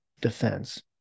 defense